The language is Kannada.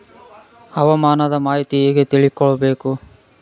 ಹವಾಮಾನದ ಮಾಹಿತಿ ಹೇಗೆ ತಿಳಕೊಬೇಕು?